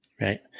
Right